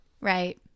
right